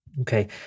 Okay